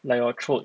like your throat